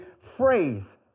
phrase